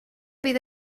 bydd